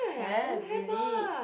have really